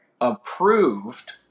approved